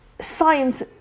Science